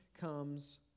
comes